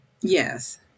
yes